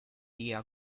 día